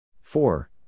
four